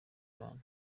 bana